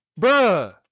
bruh